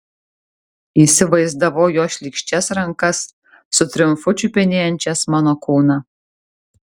įsivaizdavau jo šlykščias rankas su triumfu čiupinėjančias mano kūną